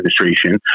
administration